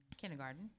kindergarten